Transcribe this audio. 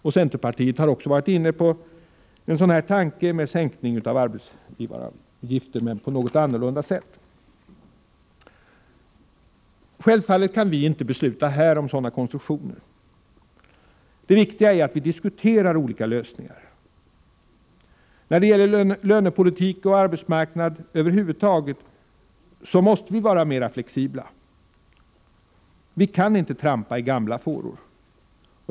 Centerpartiet har också varit inne på tanken med sänkning av arbetsgivaravgifterna men på något annorlunda sätt. Självfallet kan vi inte här besluta om sådana konstruktioner. Det viktiga är att vi diskuterar olika lösningar. När det gäller lönepolitik och arbetsmarknad över huvud taget måste vi vara mera flexibla. Vi kan inte trampa i gamla fåror.